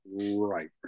Right